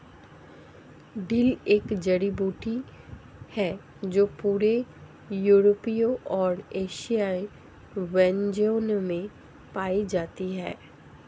dill एक जड़ी बूटी है जो पूरे यूरोपीय और एशियाई व्यंजनों में पाई जाती है